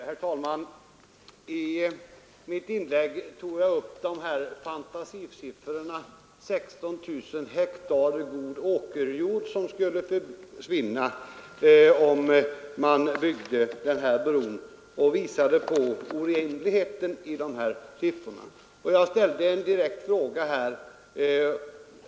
Herr talman! I mitt inlägg tog jag upp fantasisiffrorna 16 000 hektar god åkerjord som skulle försvinna, om man byggde denna bro, och visade på orimligheten i dessa siffror.